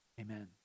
Amen